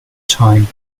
time